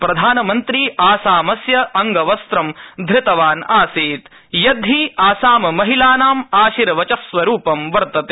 प्रधानमन्त्री आसामस्य अंगवस्त्रं धृतवान् आसीत् यद्धि आसाममहिलानाम् आशीर्वचस्स्वरूपं वर्तते